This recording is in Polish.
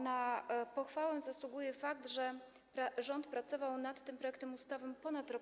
Na pochwałę zasługuje fakt, że rząd pracował nad tym projektem ustawy ponad rok.